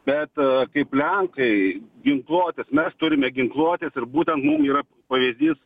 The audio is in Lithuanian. bet kaip lenkai ginkluotis mes turime ginkluotis ir būtent mum yra pavyzdys